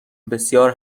بسیار